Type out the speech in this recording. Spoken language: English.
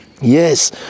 Yes